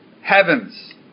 heavens